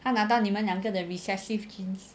他拿到你们两个的 recessive genes